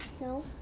No